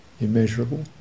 immeasurable